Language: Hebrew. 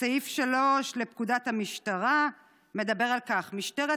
סעיף 3 לפקודת המשטרה מדבר על כך: "משטרת